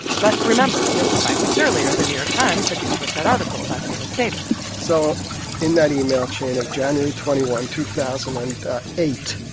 but remember, just five weeks earlier, the new york times had published that article about felix sater so in that email chain of january twenty one, two thousand and eight,